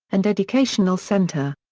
and educational centre.